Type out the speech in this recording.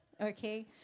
okay